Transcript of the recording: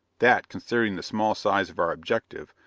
that, considering the small size of our objective,